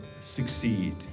succeed